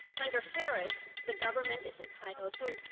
under harris, the government is entitled so